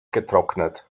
getrocknet